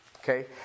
okay